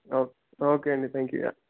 ఆ ఓకే అండి thank you yeah